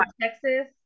Texas